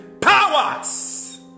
Powers